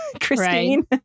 Christine